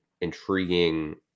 intriguing